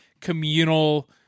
communal